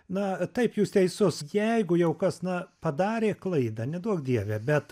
na taip jūs teisus jeigu jau kas na padarė klaidą neduok dieve bet